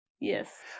Yes